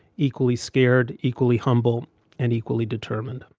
equally scared, equally humble and equally determined,